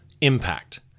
impact